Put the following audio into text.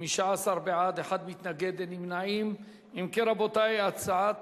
ההצעה להפוך את הצעת